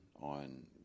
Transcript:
on